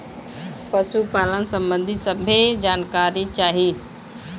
पशुपालन सबंधी सभे जानकारी चाही?